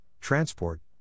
transport